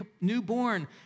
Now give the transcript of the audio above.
newborn